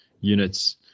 units